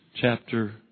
chapter